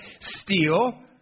steal